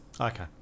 Okay